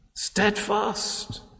steadfast